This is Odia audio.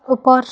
ଉପର